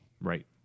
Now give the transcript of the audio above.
Right